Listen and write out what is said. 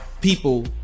people